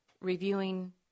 reviewing